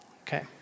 Okay